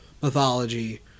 mythology